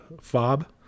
fob